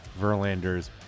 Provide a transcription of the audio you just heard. Verlander's